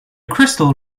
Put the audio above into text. crystal